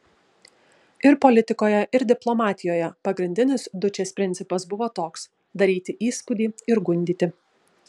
ir politikoje ir diplomatijoje pagrindinis dučės principas buvo toks daryti įspūdį ir gundyti